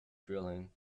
drilling